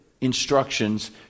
instructions